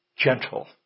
gentle